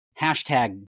hashtag